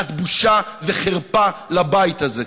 את בושה וחרפה לבית זה.